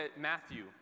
Matthew